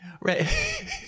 Right